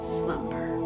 slumber